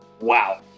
wow